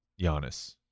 Giannis